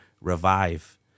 revive